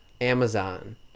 Amazon